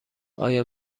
آیا